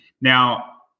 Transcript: now